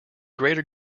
greater